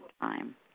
time